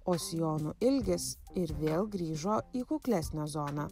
o sijonų ilgis ir vėl grįžo į kuklesnę zoną